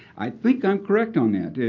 i think i'm correct on that.